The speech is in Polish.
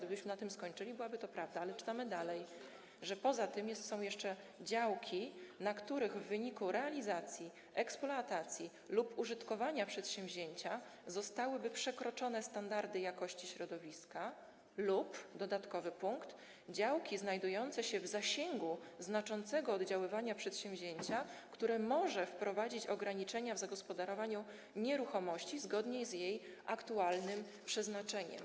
Gdybyśmy na tym skończyli, byłaby to prawda, ale czytamy dalej, bo poza tym są jeszcze działki, na których w wyniku realizacji, eksploatacji lub użytkowania przedsięwzięcia zostałyby przekroczone standardy jakości środowiska lub - dodatkowy punkt - działki znajdujące się w zasięgu znaczącego oddziaływania przedsięwzięcia, które może wprowadzić ograniczenia w zagospodarowaniu nieruchomości zgodnie z jej aktualnym przeznaczeniem.